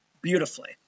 beautifully